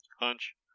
Hunch